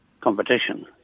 competition